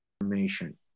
information